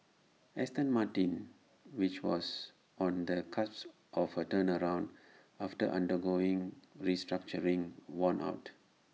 Aston Martin which was on the cusp of A turnaround after undergoing restructuring won out